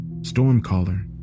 Stormcaller